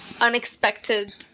unexpected